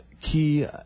Key